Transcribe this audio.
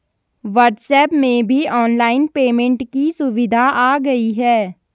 WhatsApp में भी online payment की सुविधा आ गई है